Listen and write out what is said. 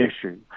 issue